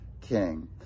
king